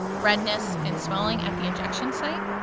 redness, and swelling at the injection site.